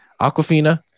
Aquafina